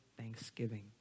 thanksgiving